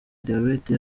diyabete